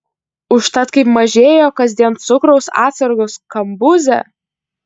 užtat kaip mažėjo kasdien cukraus atsargos kambuze